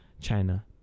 china